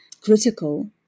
critical